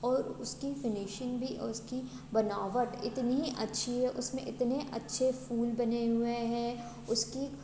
और उसकी फिनिशिंग भी और उसकी बनावट इतनी अच्छी और उस में इतने अच्छे फूल बने हुए हैं उसकी